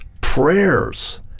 prayers